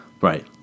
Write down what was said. Right